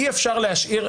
אי אפשר להשאיר.